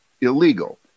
illegal